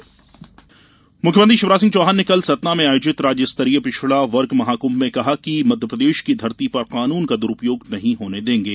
पिछड़ा वर्ग महाकृंभ मुख्यमंत्री शिवराज सिंह चौहान ने कल सतना में आयोजित राज्य स्तरीय पिछड़ा वर्ग महाकुंभ में कहा कि मध्यप्रदेश की धरती पर कानून का दुरुपयोग नहीं होने देंगे